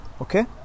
Okay